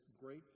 great